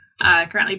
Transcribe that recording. Currently